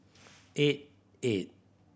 eight eight